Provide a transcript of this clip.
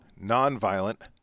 non-violent